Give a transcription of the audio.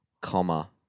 comma